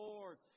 Lord